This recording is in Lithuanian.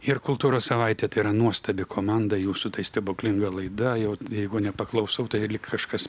ir kultūros savaitė tai yra nuostabi komanda jūsų tai stebuklinga laida jau jeigu nepaklausau tai lyg kažkas